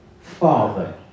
Father